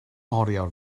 oriawr